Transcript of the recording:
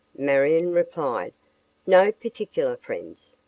marion replied no particular friends.